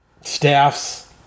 staffs